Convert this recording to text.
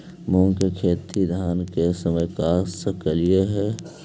मुंग के खेती धान के समय कर सकती हे?